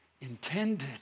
intended